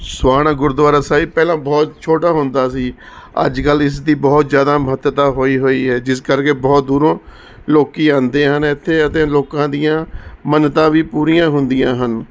ਸੋਹਾਣਾ ਗੁਰਦੁਆਰਾ ਸਾਹਿਬ ਪਹਿਲਾਂ ਬਹੁਤ ਛੋਟਾ ਹੁੰਦਾ ਸੀ ਅੱਜ ਕੱਲ੍ਹ ਇਸ ਦੀ ਬਹੁਤ ਜ਼ਿਆਦਾ ਮਹੱਤਤਾ ਹੋਈ ਹੋਈ ਹੈ ਜਿਸ ਕਰਕੇ ਬਹੁਤ ਦੂਰੋਂ ਲੋਕ ਆਉਂਦੇ ਹਨ ਇੱਥੇ ਅਤੇ ਲੋਕਾਂ ਦੀਆਂ ਮੰਨਤਾਂ ਵੀ ਪੂਰੀਆਂ ਹੁੰਦੀਆਂ ਹਨ